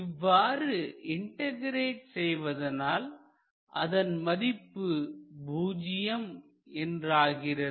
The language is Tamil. இவ்வாறு இன்டகிரெட் செய்வதனால் அதன் மதிப்பு பூஜ்ஜியம் என்றாகிறது